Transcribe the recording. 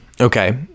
Okay